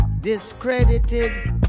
discredited